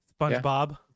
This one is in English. spongebob